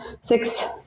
six